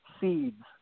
seeds